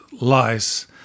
lies